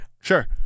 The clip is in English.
sure